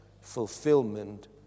fulfillment